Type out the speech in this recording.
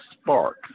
spark